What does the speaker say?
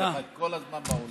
שיהיה לך כל הזמן בעולם.